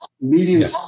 medium